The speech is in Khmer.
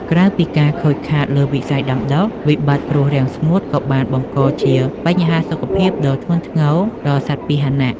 ក្រៅពីការខូចខាតលើវិស័យដាំដុះ វិបត្តិគ្រោះរាំងស្ងួតក៏បានបង្កជាបញ្ហាសុខភាពដ៏ធ្ងន់ធ្ងរដល់សត្វពាហនៈ។